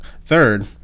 third